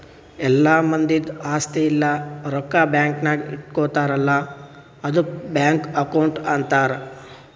ಎಲ್ಲಾ ಮಂದಿದ್ ಆಸ್ತಿ ಇಲ್ಲ ರೊಕ್ಕಾ ಬ್ಯಾಂಕ್ ನಾಗ್ ಇಟ್ಗೋತಾರ್ ಅಲ್ಲಾ ಆದುಕ್ ಬ್ಯಾಂಕ್ ಅಕೌಂಟ್ ಅಂತಾರ್